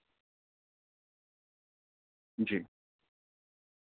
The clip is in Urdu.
جی